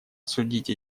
осудить